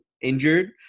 injured